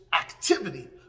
activity